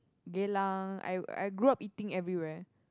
Geylang I I grew up eating everywhere